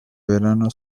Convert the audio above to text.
verano